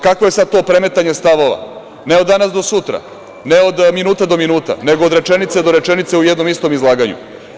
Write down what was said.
Kakvo je to premetanje stavova ne od danas do sutra, ne od minuta do minuta, nego od rečenice do rečenice u jednom istom izlaganju.